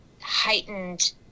heightened